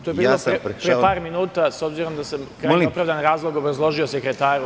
To je bilo pre par minuta, s obzirom da sam opravdani razlog obrazložio sekretaru.